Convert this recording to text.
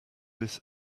this